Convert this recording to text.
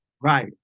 Right